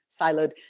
siloed